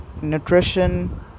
nutrition